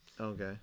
Okay